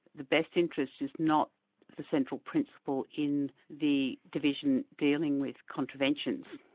the best interests is not the central principle in the division dealing with contraventions.